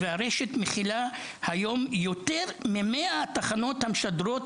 והרשת מכילה היום יותר מ-100 תחנות המשדרות